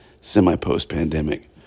semi-post-pandemic